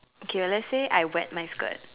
okay let's say I wet my skirt